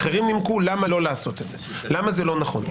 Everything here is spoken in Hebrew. אחרים נימקו ואמרו למה לא לעשות את זה ולמה זה לא נכון.